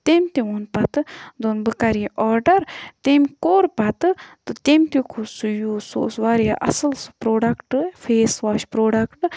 تمۍ تہِ ووٚن پَتہٕ دۄن بہٕ کَرٕ یہِ آرڈَر تمۍ کوٚر پَتہٕ تہٕ تمۍ تہِ کوٚر سُہ یوٗز سُہ اوس واریاہ اَصٕل سُہ پرٛوڈَکٹ فیس واش پرٛوڈَکٹ